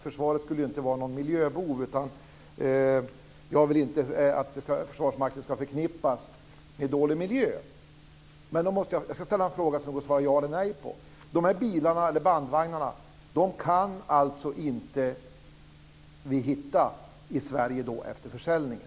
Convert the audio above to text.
Försvaret ska ju inte vara någon miljöbov eller förknippas med dålig miljö. Jag vill då ställa en fråga som det går att svara ja eller nej på: Vi kan alltså inte hitta dessa bandvagnar i Sverige efter försäljningen?